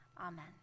Amen